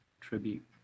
tribute